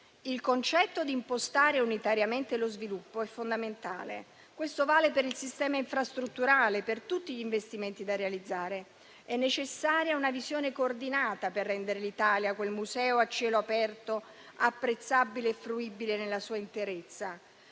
Il concetto di impostare unitariamente lo sviluppo è fondamentale e questo vale per il sistema infrastrutturale e per tutti gli investimenti da realizzare. È necessaria una visione coordinata per rendere l'Italia, che è un museo a cielo aperto, apprezzabile e fruibile nella sua interezza,